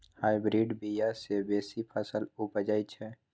hybrid बीया सँ बेसी फसल उपजै छै